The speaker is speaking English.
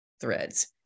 threads